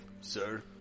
Sir